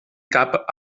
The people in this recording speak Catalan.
cap